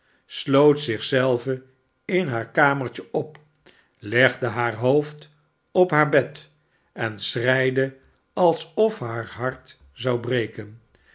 sloot zich zelve in haar kamertje op legde haar hoofd op haar bed en schreide alsof haar hart zou breken